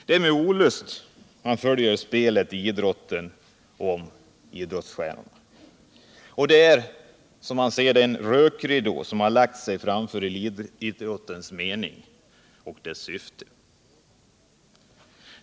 Det är med olust man följer spelet i idrotten och om idrottsstjär norna. Det är som om en rökridå har lagt sig framför elitidrottens mening och syfte.